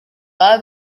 baba